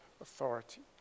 authority